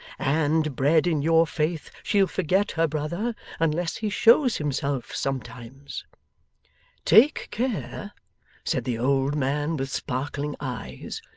and, bred in your faith, she'll forget her brother unless he shows himself sometimes take care said the old man with sparkling eyes,